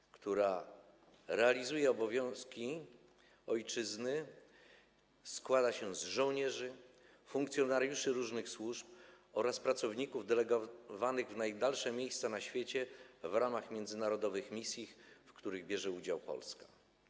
Ta grupa, która realizuje obowiązki wobec ojczyzny, składa się z żołnierzy, funkcjonariuszy różnych służb oraz pracowników delegowanych w najdalsze miejsca na świecie w ramach międzynarodowych misji, w których bierze udział Polska.